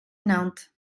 nantes